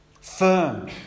firm